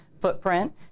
footprint